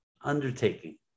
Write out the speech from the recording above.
undertaking